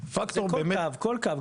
כל קו, כל קו.